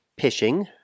pishing